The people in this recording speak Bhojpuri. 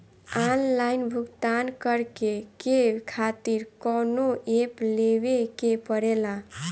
आनलाइन भुगतान करके के खातिर कौनो ऐप लेवेके पड़ेला?